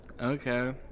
Okay